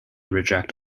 reject